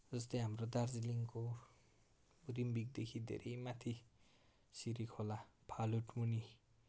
जस्तै हाम्रो दार्जिलिङको रिम्बिकदेखि धेरै माथि सिरी खोला फालुटुनी